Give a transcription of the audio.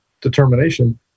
determination